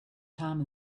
time